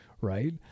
right